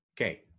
Okay